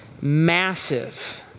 massive